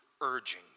urging